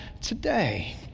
today